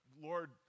Lord